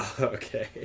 Okay